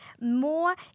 more